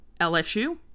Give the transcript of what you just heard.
LSU